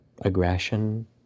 aggression